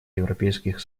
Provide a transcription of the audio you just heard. европейский